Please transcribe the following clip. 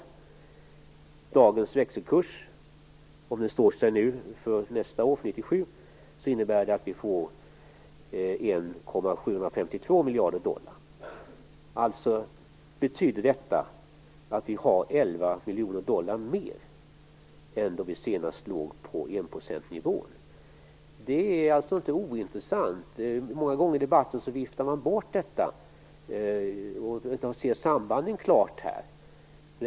Med dagens växelkurs, om den står sig för nästa år 1997, innebär det att vi får 1 miljard 752 miljoner dollar. Det betyder alltså att vi har 11 miljoner dollar mer än då vi senast låg på enprocentsnivån. Det är inte ointressant. Många gånger viftar man bort detta i debatten och ser inte sambanden klart.